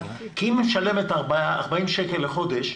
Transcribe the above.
כי אם היא משלמת 40 שקלים לחודש,